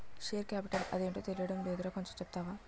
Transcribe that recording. Share capital అంటేటో తెలీడం లేదురా కొంచెం చెప్తావా?